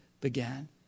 began